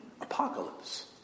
apocalypse